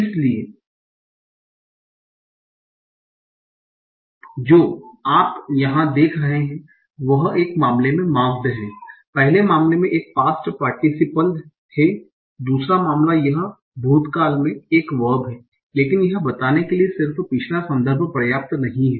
इसलिए जो आप यहां देख रहे हैं वह एक मामले में मार्क्ड़ है पहले मामले में एक पास्ट पार्टिसिपल है दूसरा मामला यह भूत काल में एक वर्ब है लेकिन यह बताने के लिए सिर्फ पिछला संदर्भ पर्याप्त नहीं है